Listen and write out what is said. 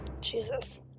Jesus